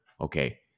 okay